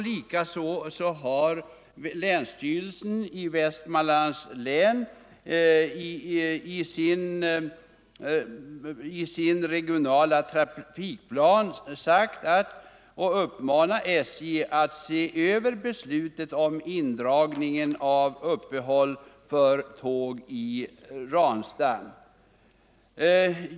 Likaså har länsstyrelsen i Västmanlands län i sin regionala trafikplan uppmanat SJ att se över beslutet om indragningen av uppehåll för tåg i Ransta.